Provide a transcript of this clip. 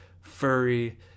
Furry